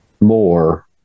more